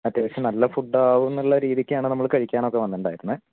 അത്യാവശ്യം നല്ല ഫുഡാവും എന്നുള്ള രീതിക്കാണ് നമ്മൾ കഴിക്കാനൊക്കെ വന്നിട്ടുണ്ടായിരുന്നത്